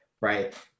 right